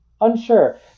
unsure